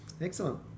Excellent